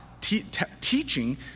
teaching